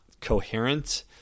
coherent